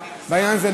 בעניין הזה,